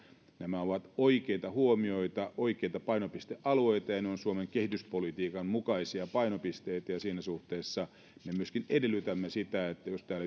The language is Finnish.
nämä ovat oikeita huomioita oikeita painopistealueita ja ne ovat suomen kehityspolitiikan mukaisia painopisteitä ja siinä suhteessa me myöskin edellytämme sitä että jos täällä yk